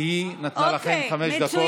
כי היא נתנה לכם חמש דקות.